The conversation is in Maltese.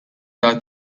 dar